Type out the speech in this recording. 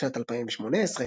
בשנת 2018,